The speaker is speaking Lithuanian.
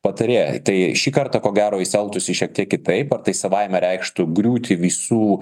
patarėją tai šį kartą ko gero jis elgtųsi šiek tiek kitaip ar tai savaime reikštų griūtį visų